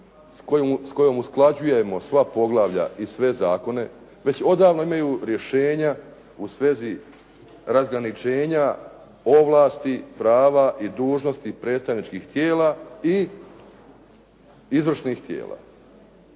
s kojom usklađujemo sva poglavlja i sve zakone već odavno imaju rješenja u svezi razgraničenja ovlasti, prava i dužnosti predstavničkih tijela i izvršnih tijela.